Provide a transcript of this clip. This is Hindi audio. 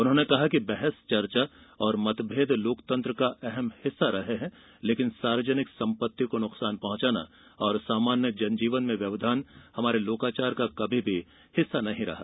उन्होंने कहा कि बहस चर्चा और मतभेद लोकतंत्र का अहम हिस्सा रहे हैं लेकिन सार्वजनिक संपत्ति को नुकसान पहंचाना और सामान्य जन जीवन में व्यवधान हमारे लोकाचार का कभी भी हिस्सा नहीं रहा